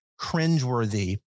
cringeworthy